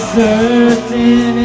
certain